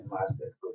master